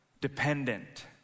dependent